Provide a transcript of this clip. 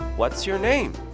what's your name?